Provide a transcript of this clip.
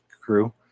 crew